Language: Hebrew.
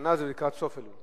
השנה זה לקראת סוף אלול.